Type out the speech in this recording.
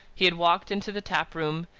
he had walked into the taproom,